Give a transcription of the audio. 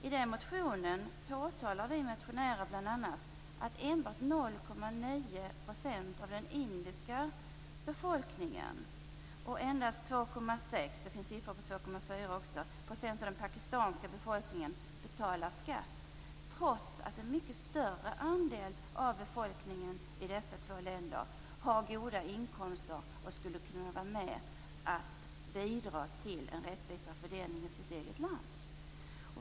I den motionen påtalar vi motionärer bl.a. att enbart 0,9 % av den indiska befolkningen och 2,6 %- 2,4 % nämns också - av den pakistanska befolkningen betalar skatt; detta trots att en mycket större andel av befolkningen i dessa båda länder har goda inkomster och skulle kunna bidra till en rättvisare fördelning i sitt eget land.